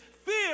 Fear